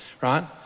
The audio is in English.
right